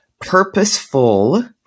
purposeful